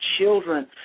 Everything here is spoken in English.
children